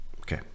Okay